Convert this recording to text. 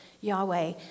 Yahweh